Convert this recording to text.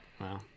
Wow